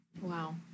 Wow